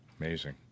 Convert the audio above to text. Amazing